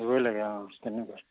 দিবই লাগে অঁ তেনেকুৱাই